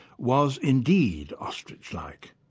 was indeed ostrich-like.